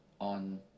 on